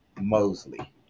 Mosley